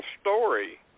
story